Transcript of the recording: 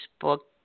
book